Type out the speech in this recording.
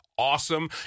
Awesome